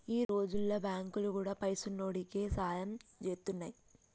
ఈ రోజుల్ల బాంకులు గూడా పైసున్నోడికే సాయం జేత్తున్నయ్